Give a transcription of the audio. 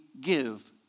give